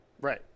Right